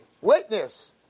witness